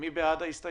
מי בעד?